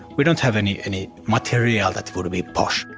we don't have any any material that would be posh.